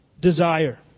desire